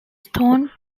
stone